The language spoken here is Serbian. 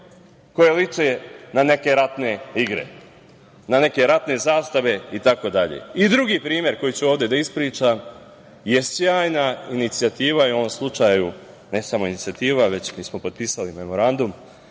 koji liče na neke ratne igre, na neke ratne zastave itd.I drugi primer koji ću ovde da ispričam je sjajna inicijativa i u ovom slučaju, ne samo inicijativa, već mi smo potpisali Memorandum